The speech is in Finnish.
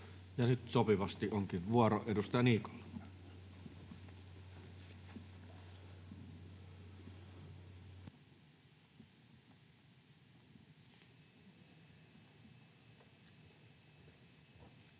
nyt sopivasti onkin vuoro edustaja Niikolla. [Speech